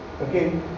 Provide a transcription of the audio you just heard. Okay